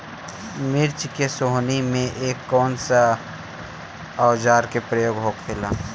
मिर्च के सोहनी में कौन सा औजार के प्रयोग होखेला?